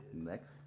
Next